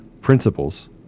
principles